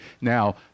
Now